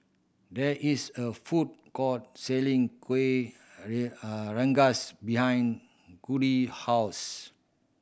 there is a food court selling kuih rengas behind Kody house